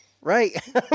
right